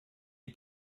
die